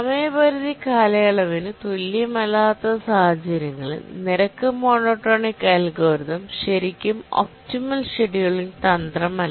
സമയപരിധി കാലയളവിന് തുല്യമല്ലാത്ത സാഹചര്യങ്ങളിൽ റേറ്റ് മോണോടോണിക് അൽഗോരിതം ശരിക്കും ഒപ്റ്റിമൽ ഷെഡ്യൂളിംഗ് തന്ത്രമല്ല